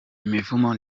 imivumo